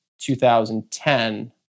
2010